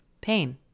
pain